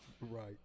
right